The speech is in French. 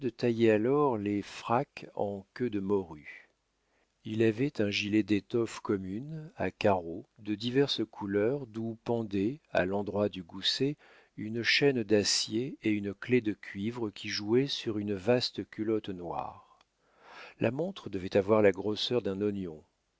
alors les fracs en queue de morue il avait un gilet d'étoffe commune à carreaux de diverses couleurs d'où pendaient à l'endroit du gousset une chaîne d'acier et une clef de cuivre qui jouaient sur une vaste culotte noire la montre devait avoir la grosseur d'un oignon